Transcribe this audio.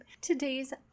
today's